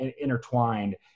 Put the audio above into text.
intertwined